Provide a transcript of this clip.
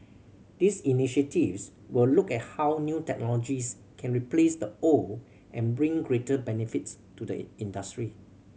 these initiatives will look at how new technologies can replace the old and bring greater benefits to the industry